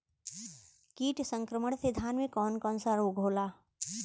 कीट संक्रमण से धान में कवन कवन रोग होला?